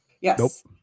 Yes